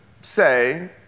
say